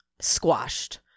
squashed